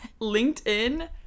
linkedin